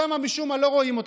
שם משום מה לא רואים אותך,